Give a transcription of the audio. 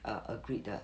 agreed 的